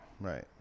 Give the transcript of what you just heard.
Right